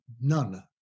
none